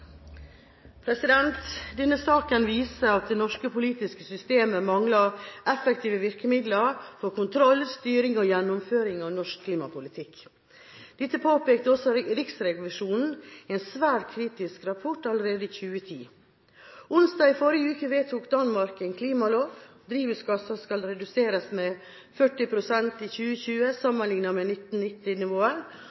Eide. Denne saken viser at det norske politiske systemet mangler effektive virkemidler for kontroll, styring og gjennomføring av norsk klimapolitikk. Dette påpekte også Riksrevisjonen i en svært kritisk rapport allerede i 2010. Onsdag i forrige uke vedtok Danmark en klimalov: Drivhusgasser skal reduseres med 40 pst. i 2020